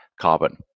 carbon